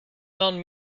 known